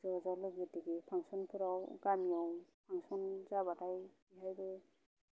ज' ज' लोगो दिगि फांसनफ्राव गामिआव फांसन जाबाथाय बेहायबो